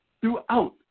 throughout